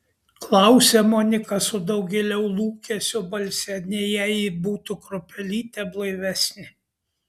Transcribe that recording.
klausia monika su daugėliau lūkesio balse nei jei ji būtų kruopelytę blaivesnė